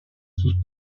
sus